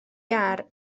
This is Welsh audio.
iâr